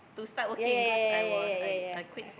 ya ya ya ya ya ya ya ya